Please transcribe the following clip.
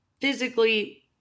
Physically